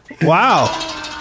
Wow